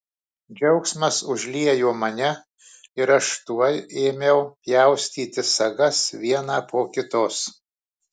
džiaugsmas užliejo mane ir aš tuoj ėmiau pjaustyti sagas vieną po kitos